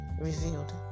revealed